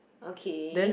okay